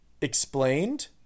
explained